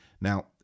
now